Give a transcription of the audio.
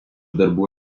darbų